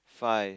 five